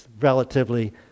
relatively